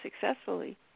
successfully